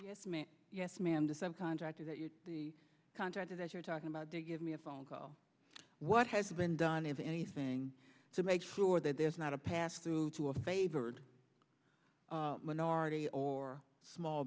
yes man yes ma'am to some contractor that you're the contractor that you're talking about give me a phone call what has been done if anything to make sure that there's not a pass through to a favored minority or small